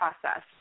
process